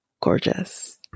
gorgeous